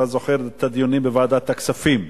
אתה זוכר את הדיונים בוועדת הכספים.